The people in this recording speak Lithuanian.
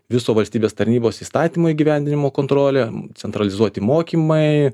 viso valstybės tarnybos įstatymo įgyvendinimo kontrolė centralizuoti mokymai